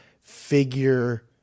figure